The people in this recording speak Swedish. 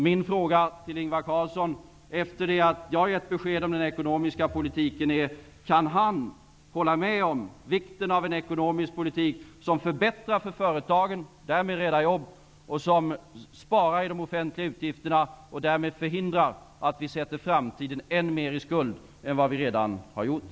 Min fråga till Ingvar Carlsson, efter det att jag har givit besked om den ekonomiska politiken, är: Kan Ingvar Carlsson hålla med om vikten av en ekonomisk politik som förbättrar för företagen, och därmed räddar jobb, och som sparar i de offentliga utgifterna, och därmed förhindrar att vi sätter framtiden än mer i skuld än vad vi redan har gjort?